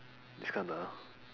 Iskandar